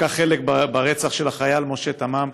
לקח חלק ברצח של החייל משה תמם.